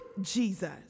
Jesus